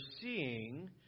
seeing